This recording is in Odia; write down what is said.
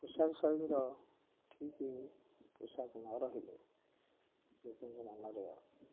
ପୋଷାକ ଶୈଳୀର ଠିକ ପୋଷାକ ନ ରହିଲେ ଲୋକଙ୍କ ମନରେ